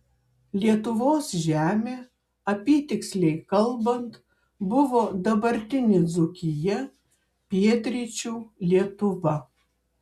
lietuvos žemė apytiksliai kalbant buvo dabartinė dzūkija pietryčių lietuva